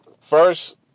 first